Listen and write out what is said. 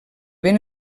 ven